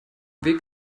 weg